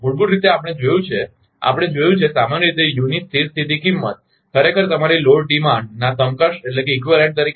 મૂળભૂત રીતે આપણે જોયું છે આપણે જોયું છે કે સામાન્ય રીતે યુ ની સ્થિર સ્થિતી કિંમત ખરેખર તમારી લોડ માંગના સમકક્ષ તરીકે